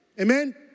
Amen